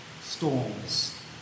storms